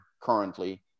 currently